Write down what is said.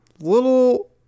little